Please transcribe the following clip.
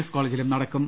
S കോളജിലും നടക്കും